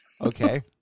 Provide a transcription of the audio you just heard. okay